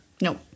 Nope